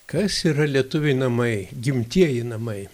kas yra lietuviui namai gimtieji namai